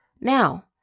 now